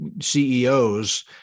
CEOs